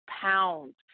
pounds